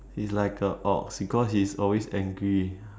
she is like a ox because she is always angry